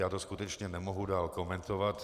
Já to skutečně nemohu dál komentovat.